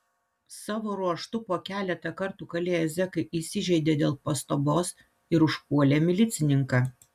savo ruožtu po keletą kartų kalėję zekai įsižeidė dėl pastabos ir užpuolė milicininką